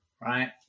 right